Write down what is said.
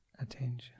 attention